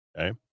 okay